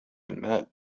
المال